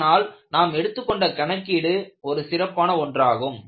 ஆனால் நாம் எடுத்துக்கொண்ட கணக்கீடு ஒரு சிறப்பான ஒன்றாகும்